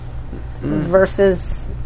versus